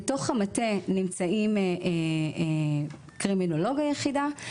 בתוך המטה נמצאים קרימינולוג היחידה,